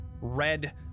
red